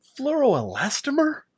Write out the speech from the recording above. fluoroelastomer